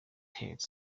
head